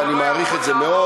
ואני מעריך את זה מאוד.